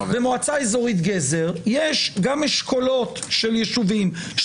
במועצה אזורית גזר יש גם אשכולות של יישובים,